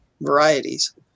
varieties